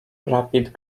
rapid